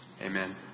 Amen